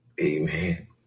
Amen